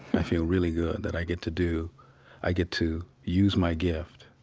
i feel really good that i get to do i get to use my gift.